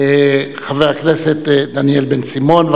חבר הכנסת דניאל בן-סימון,